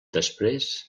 després